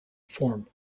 form